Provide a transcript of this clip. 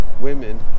women